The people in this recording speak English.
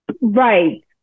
Right